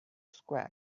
squawk